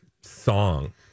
song